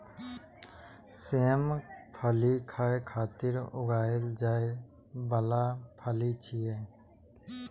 सेम फली खाय खातिर उगाएल जाइ बला फली छियै